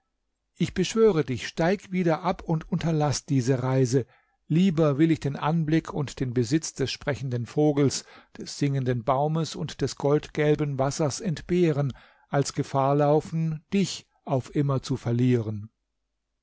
ich beschwöre dich steig wieder ab und unterlaß diese reise lieber will ich den anblick und den besitz des sprechenden vogels des singenden baumes und des goldgelben wassers entbehren als gefahr laufen dich auf immer zu verlieren